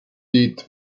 eat